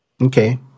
Okay